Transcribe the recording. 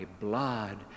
blood